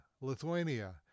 Lithuania